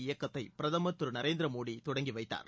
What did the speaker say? இயக்கத்தை பிரதமர் திரு நரேந்திர மோடி தொடங்கி வைத்தார்